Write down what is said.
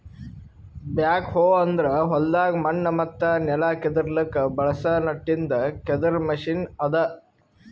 back ಹೋ ಅಂದುರ್ ಹೊಲ್ದಾಗ್ ಮಣ್ಣ ಮತ್ತ ನೆಲ ಕೆದುರ್ಲುಕ್ ಬಳಸ ನಟ್ಟಿಂದ್ ಕೆದರ್ ಮೆಷಿನ್ ಅದಾ